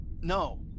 No